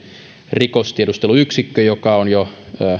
rikostiedusteluyksikkö joka on jo